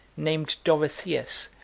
named dorotheus,